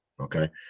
okay